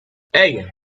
hey